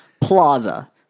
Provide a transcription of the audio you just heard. Plaza